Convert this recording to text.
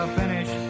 finish